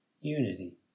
unity